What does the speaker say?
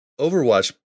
Overwatch